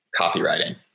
copywriting